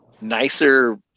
nicer